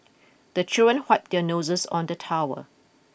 the children wipe their noses on the towel